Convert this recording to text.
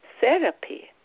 therapy